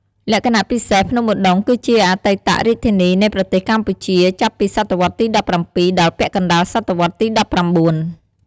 លក្ខណៈពិសេស ភ្នំឧត្តុង្គគឺជាអតីតរាជធានីនៃប្រទេសកម្ពុជាចាប់ពីសតវត្សទី ១៧ ដល់ពាក់កណ្ដាលសតវត្សទី ១៩។